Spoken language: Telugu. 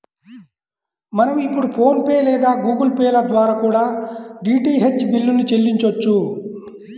మనం ఇప్పుడు ఫోన్ పే లేదా గుగుల్ పే ల ద్వారా కూడా డీటీహెచ్ బిల్లుల్ని చెల్లించొచ్చు